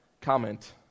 comment